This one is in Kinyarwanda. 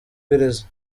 gereza